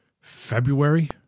February